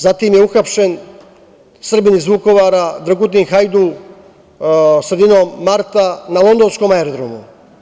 Zatim je uhapšen Srbin iz Vukovara Dragutin Hajdu, sredinom marta, na londonskom aerodromu.